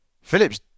Phillips